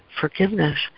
forgiveness